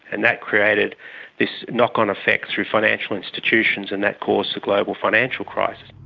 and that created this knock-on effect through financial institutions and that caused the global financial crisis.